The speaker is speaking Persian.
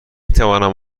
توانم